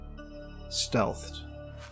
Stealthed